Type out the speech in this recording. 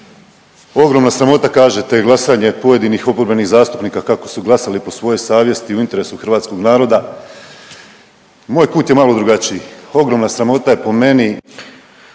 ogromna sramota kažete glasanje pojedinih oporbenih zastupnika kako su glasali po svojoj savjesti u interesu hrvatskog naroda, moj kut je malo drugačiji, ogromna sramota je po meni